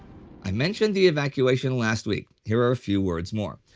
i mentioned the evacuation last week, here are a few words more.